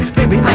baby